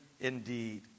indeed